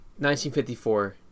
1954